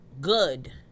Good